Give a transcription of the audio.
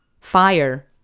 fire